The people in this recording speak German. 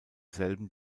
selben